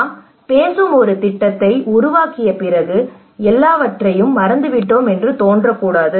நாம் பேசும் ஒரு திட்டத்தை உருவாக்கிய பிறகு எல்லாவற்றையும் மறந்துவிட்டோம் என்று தோன்றக்கூடாது